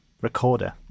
recorder